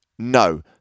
No